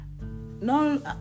no